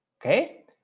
okay